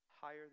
higher